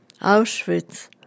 Auschwitz